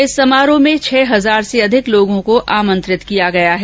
इस समारोह में छह हजार से अधिक लोगों को आमंत्रित किया गया है